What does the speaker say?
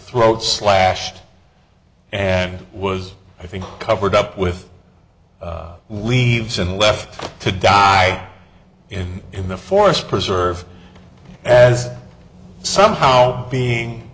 throat slashed and was i think covered up with leaves and left to die in in the forest preserve as somehow being